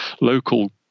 local